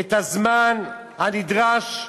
את הזמן הנדרש,